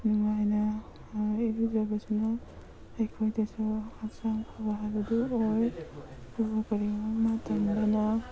ꯅꯨꯡꯉꯥꯏꯅ ꯏꯔꯨꯖꯕꯁꯤꯅ ꯑꯩꯈꯣꯏꯗꯁꯨ ꯍꯛꯆꯥꯡ ꯐꯕ ꯍꯥꯏꯕꯗꯨ ꯑꯣꯏ ꯑꯗꯨꯕꯨ ꯀꯔꯤꯒꯨꯝꯕ ꯃꯇꯝꯗꯅ